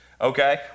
okay